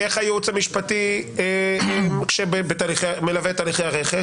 איך הייעוץ המשפטי מלווה את תהליכי הרכש